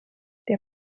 der